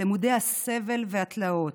למודי הסבל והתלאות,